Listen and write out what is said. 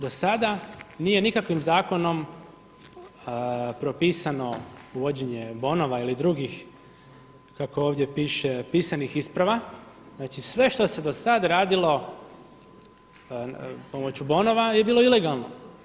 Do sada nije nikakvim zakonom propisano uvođenje bonova ili drugih kako ovdje piše, pisanih isprava, znači sve što se do sada radilo pomoću bonova je bilo ilegalno.